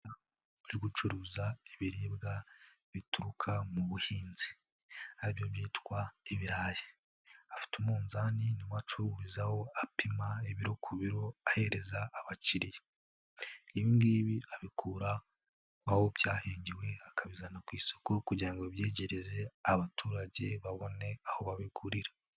nO gucuruza ibiribwa bituruka mu buhinzi aribyo byitwa ibirayi. Afite umunzani niwacururizaho apima ibiro ku biro ahereza abakiriya. Ibi ngibi abikura aho byahingiwe akabizana ku isoko kugira ngo abyeyegereze abaturage babone aho babigurira.